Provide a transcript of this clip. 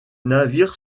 navires